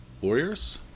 Warriors